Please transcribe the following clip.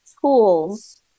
tools